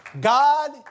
god